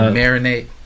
marinate